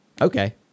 Okay